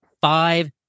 five